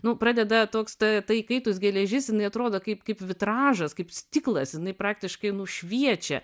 nu pradeda toks ta ta įkaitus geležis jinai atrodo kaip kaip vitražas kaip stiklas jinai praktiškai nušviečia